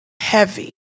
heavy